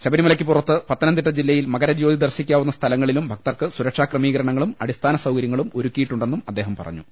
ശബരിമലക്ക് പുറത്ത് പത്തനംതിട്ട ജില്ലയിൽ മകരജ്യോതി ദർശിക്കാവുന്ന സ്ഥലങ്ങളിലും ഭക്തർക്ക് സുരക്ഷാ ക്രമീകരണങ്ങളും അടിസ്ഥാനസൌകര്യങ്ങളും ഒരു ക്കിയിട്ടുണ്ടെന്നും അദ്ദേഹം പറഞ്ഞു